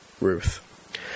Ruth